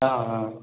ஆ ஆ